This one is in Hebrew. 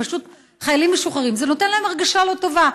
חיילים משוחררים, זה נותן להם הרגשה לא טובה.